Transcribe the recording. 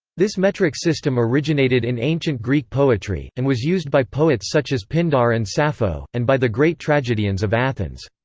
this metric system originated in ancient greek poetry, and was used by poets such as pindar and sappho, and by the great tragedians of athens.